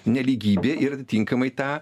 nelygybė ir atitinkamai tą